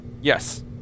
yes